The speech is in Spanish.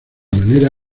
manera